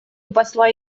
посла